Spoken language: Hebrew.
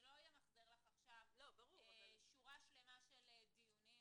לא אמחזר לך עכשיו שורה ארוכה של דיונים